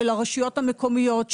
של הרשויות המקומיות,